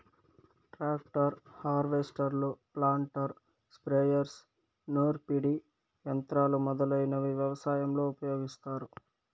tractor, హార్వెస్టర్లు, planter, sprayers, నూర్పిడి యంత్రాలు మొదలైనవి వ్యవసాయంలో ఉపయోగిస్తారు